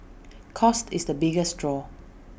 cost is the biggest draw